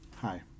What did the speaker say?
Hi